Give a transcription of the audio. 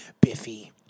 Biffy